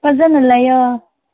ꯐꯖꯅ ꯂꯩꯌꯣ